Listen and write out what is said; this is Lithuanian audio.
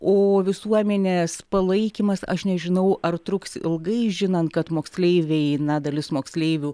o visuomenės palaikymas aš nežinau ar truks ilgai žinant kad moksleiviai na dalis moksleivių